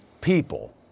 people